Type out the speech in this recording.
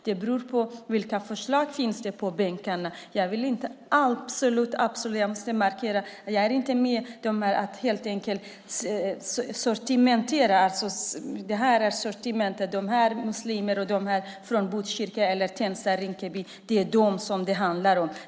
Det beror på vilka förslag som finns på bänkarna. Jag måste markera att jag absolut inte vill sortera människor, att vissa är muslimer och vissa är från Botkyrka, Tensta eller Rinkeby, eller att det är dem som det handlar om.